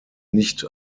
nicht